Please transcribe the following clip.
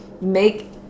make